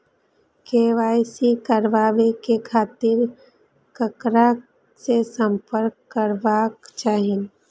KYC कराबे के खातिर ककरा से संपर्क करबाक चाही?